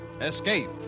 Escape